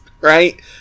right